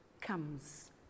comes